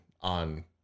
on